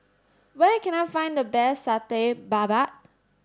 where can I find the best Satay Babat